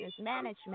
management